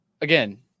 Again